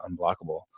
unblockable